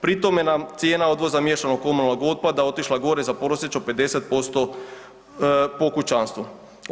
Pri tome nam cijena odvoza miješanog komunalnog otpada otišla gore za prosječno 50% po kućanstvu.